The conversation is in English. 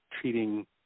treating